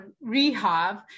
rehab